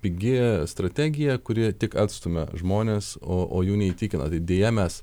pigi strategija kuri tik atstumia žmones o o jų neįtikina tai deja mes